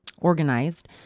organized